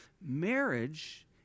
Marriage